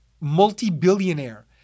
multi-billionaire